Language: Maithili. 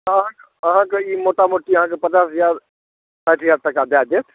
अहाँके अहाँके ई मोटा मोटी अहाँके पचास हजार साठि हजार टाका दए देत